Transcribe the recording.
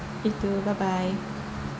you too bye bye